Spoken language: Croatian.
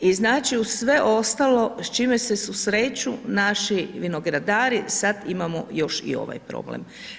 I znači uz sve ostalo s čime se susreću naši vinogradari sad imamo još i ovaj problem.